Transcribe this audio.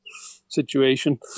situation